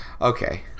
okay